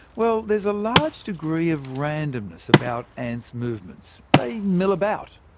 well, there's a large degree of randomness about ants' movements they mill about.